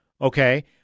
okay